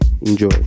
enjoy